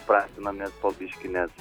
pratinamės biškį nes